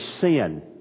sin